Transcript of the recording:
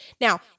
Now